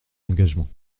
engagements